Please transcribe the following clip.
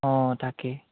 অঁ তাকে